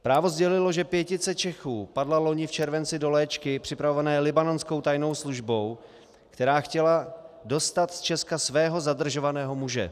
Právo sdělilo, že pětice Čechů padla loni v červenci do léčky připravované libanonskou tajnou službou, která chtěla dostat z Česka svého zadržovaného muže.